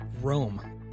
Rome